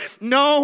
No